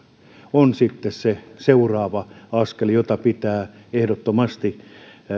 on sitten se seuraava askel jota pitää ehdottomasti